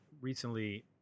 recently